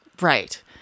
Right